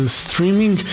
streaming